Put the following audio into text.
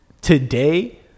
today